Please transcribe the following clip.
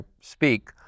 speak